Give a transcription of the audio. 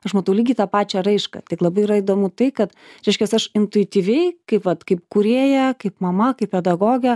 aš matau lygiai tą pačią raišką tik labai yra įdomu tai kad reiškias aš intuityviai kaip vat kaip kūrėja kaip mama kaip pedagogė